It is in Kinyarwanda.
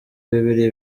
bibiliya